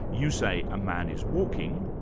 you say a man is walking,